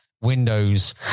Windows